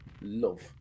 love